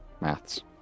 maths